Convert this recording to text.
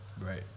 Right